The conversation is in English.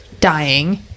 dying